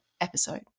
episode